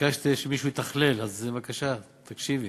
ביקשת שמישהו יתכלל, אז בבקשה, תקשיבי,